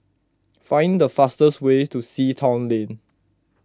find the fastest way to Sea Town Lane